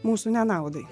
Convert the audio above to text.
mūsų nenaudai